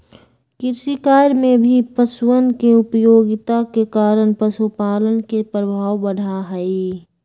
कृषिकार्य में भी पशुअन के उपयोगिता के कारण पशुपालन के प्रभाव बढ़ा हई